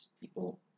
people